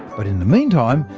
but in the meantime,